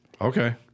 Okay